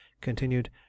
continued